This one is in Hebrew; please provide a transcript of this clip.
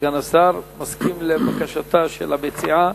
סגן השר מסכים לבקשתה של המציעה.